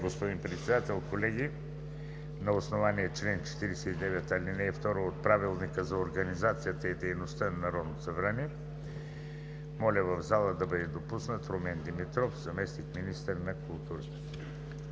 господин Председател, колеги! На основание чл. 49, ал. 2 от Правилника за организацията и дейността на Народното събрание моля в залата да бъде допуснат Румен Димитров – заместник-министър на културата.